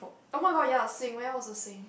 oh-my-god ya sink where was the sink